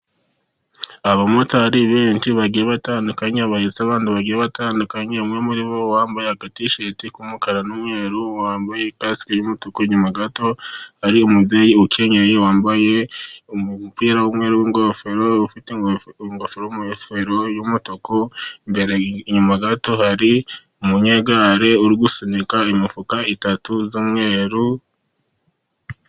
Abamotari benshi bagiye batandukanye, bahetse abantu bagiye batandukanye, umwe muri bo wambaye agatisheti k'umukara, n'umweru, wambaye ikasike y'umutuku, inyuma gato hari ari umubyeyi ukenyeye wambaye umupira w'umweru, ufite ingofero y'umutuku, inyuma gato hari umunyegare uri gusunika imifuka itatu y'umweru.